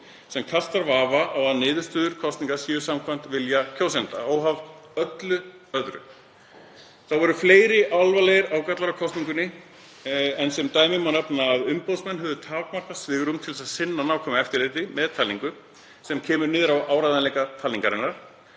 sem varpar rýrð á að niðurstöður kosninga séu samkvæmt vilja kjósenda, óháð öllu öðru. Þá voru fleiri alvarlegir ágallar á kosningunni, en sem dæmi má nefna að umboðsmenn höfðu takmarkað svigrúm til þess að sinna nákvæmu eftirliti með talningu, sem kemur niður á áreiðanleika talningarinnar,